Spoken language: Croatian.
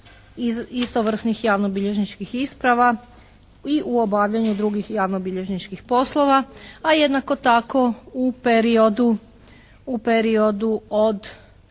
istovrsnih javnobilježničkih isprava i u obavljanju drugih javnobilježničkih poslova a jednako tako u periodu od